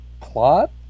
plot